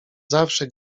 zawsze